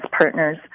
partners